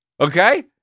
Okay